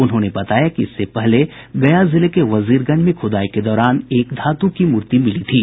उन्होंने बताया कि इससे पहले गया जिले के वजीरगंज में खुदाई के दौरान एक धातु की मूर्ति मिली थी